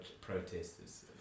protesters